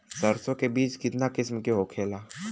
सरसो के बिज कितना किस्म के होखे ला?